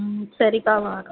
ம் சரிக்கா